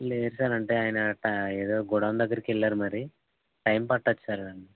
లేదు సార్ అంటే ఆయన ప ఎదో గోడౌన్ దగ్గరికి వెళ్లారు మరి టైం పట్టవచ్చు సారు